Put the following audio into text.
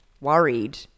Worried